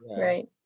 Right